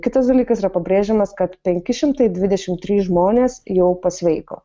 kitas dalykas yra pabrėžiamas kad penki šimtai dvidešimt trys žmonės jau pasveiko